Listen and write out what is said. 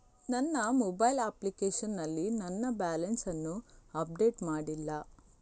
ನನ್ನ mobile application ನಲ್ಲಿ ನನ್ನ ಬ್ಯಾಲೆನ್ಸ್ ಅನ್ನು ಅಪ್ಡೇಟ್ ಮಾಡ್ಲಿಲ್ಲ